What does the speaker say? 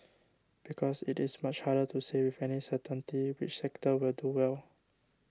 because it is much harder to say with any certainty which sectors will do well